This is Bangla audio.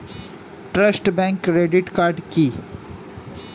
ট্রাস্ট ব্যাংক ক্রেডিট কার্ড কি?